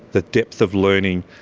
the depth of learning,